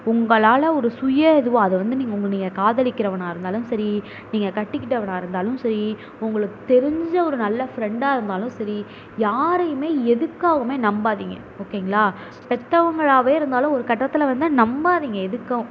உங்களால் ஒரு சுய எதுவோ அது வந்து நீங்கள் காதலிக்கிறவனாக சரி நீங்கள் கட்டிக்கிட்டவனாக இருந்தாலும் சரி உங்களுக்குத் தெரிஞ்ச ஒரு நல்ல ஃப்ரெண்டாக இருந்தாலும் சரி யாரையுமே எதுக்காகவுமே நம்பாதீங்க ஓகேங்களா பெற்றவங்களாவே இருந்தாலும் ஒரு கட்டத்தில் வந்து நம்பாதீங்க எதுக்காகவும்